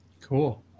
Cool